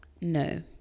no